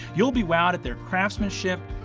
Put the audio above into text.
you'll be wowed at their craftsmanship.